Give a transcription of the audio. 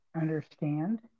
understand